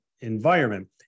environment